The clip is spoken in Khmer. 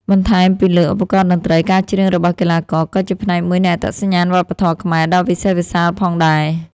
បន្ថែមពីលើឧបករណ៍តន្ត្រី ការច្រៀងរបស់កីឡាករ ក៏ជាផ្នែកមួយនៃអត្តសញ្ញាណវប្បធម៌ខ្មែរដ៏វិសេសវិសាលផងដែរ។